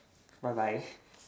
bye bye